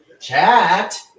Chat